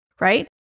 right